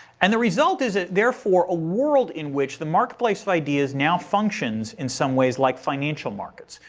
and the result is that, therefore, a world in which the marketplace of ideas now functions in some ways like financial markets.